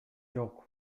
жок